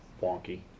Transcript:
wonky